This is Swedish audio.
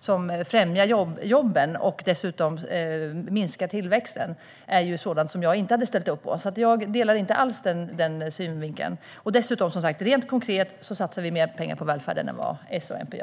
som främjar jobben och dessutom vill minska tillväxten är sådant som jag inte hade ställt upp på. Så jag delar inte alls den synen. Rent konkret satsar vi dessutom mer pengar på välfärden än S och MP gör.